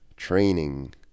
training